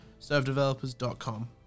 servedevelopers.com